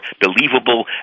believable